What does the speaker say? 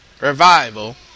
Revival